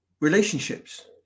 relationships